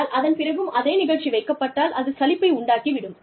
ஆனால் அதன் பிறகும் அதே நிகழ்ச்சி வைக்கப்பட்டால் அது சலிப்பை உண்டாக்கி விடும்